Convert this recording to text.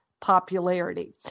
Popularity